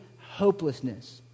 hopelessness